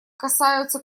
касаются